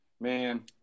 man